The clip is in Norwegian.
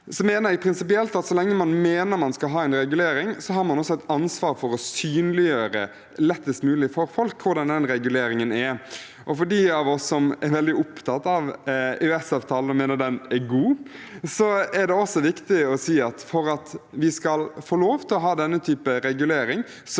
så lenge man mener man skal ha en regulering, har man også et ansvar for å synliggjøre på en lettest mulig måte for folk hvordan den reguleringen er. For dem av oss som er veldig opptatt av EØS-avtalen og mener den er god, er det viktig å si at for at vi skal få lov til å ha denne typen regulering,